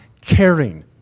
caring